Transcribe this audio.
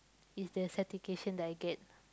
is the satisfaction that I get